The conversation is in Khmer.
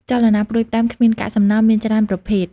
ចលនាផ្តួចផ្តើមគ្មានកាកសំណល់មានច្រើនប្រភេទ។